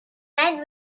event